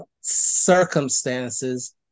circumstances